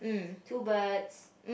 too bad